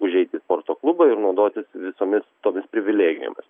užeiti į sporto klubą ir naudotis visomis tomis privilegijomis